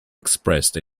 expressed